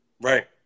Right